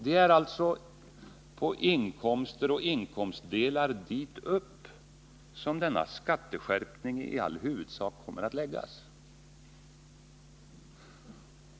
Det är alltså på inkomster och inkomstdelar dit upp som denna skatteskärpning i all huvudsak kommer att läggas.